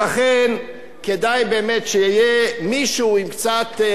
כדאי באמת שיהיה מישהו עם קצת שכל בראש,